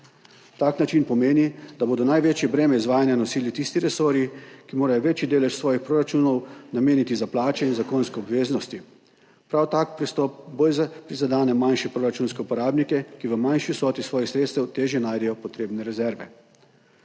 Tak način pomeni, da bodo največje breme izvajanja nosili tisti resorji, ki morajo večji delež svojih proračunov nameniti za plače in zakonske obveznosti. Prav tak pristop bolj prizadene manjše proračunske uporabnike, ki v manjši vsoti svojih sredstev težje najdejo potrebne rezerve.